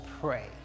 pray